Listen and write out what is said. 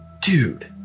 dude